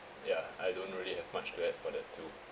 ya I don't really have much to add for that too